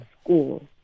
school